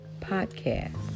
Podcast